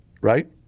right